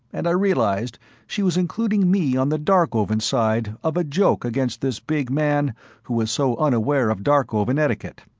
and i realized she was including me on the darkovan side of a joke against this big man who was so unaware of darkovan etiquette.